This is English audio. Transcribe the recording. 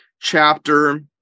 chapter